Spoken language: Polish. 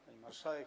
Pani Marszałek!